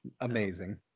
amazing